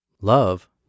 Love